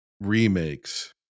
remakes